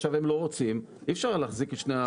עכשיו הם לא רוצים, אי אפשר להחזיק את שני.